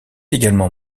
également